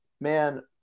Man